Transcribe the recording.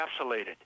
encapsulated